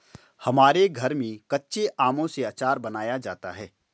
हमारे घर में कच्चे आमों से आचार बनाया जाता है